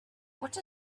what